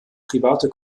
private